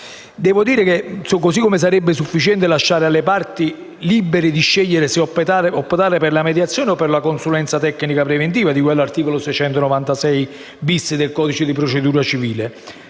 questione, così come sarebbe sufficiente lasciare le parti libere di scegliere se optare per la mediazione o per la consulenza tecnica preventiva di cui all'articolo 696-*bis* del codice di procedura civile,